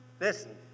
Listen